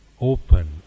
open